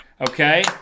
okay